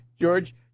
George